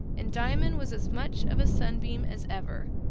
and diamond was as much of a sunbeam as ever,